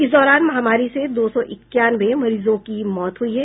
इस दौरान महामारी से दो सौ इकयानवे मरीजों की मौत हुई है